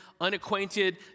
unacquainted